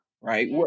right